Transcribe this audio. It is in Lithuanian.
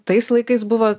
tais laikais buvo